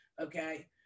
Okay